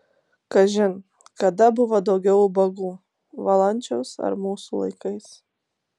kažin kada buvo daugiau ubagų valančiaus ar mūsų laikais